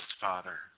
Father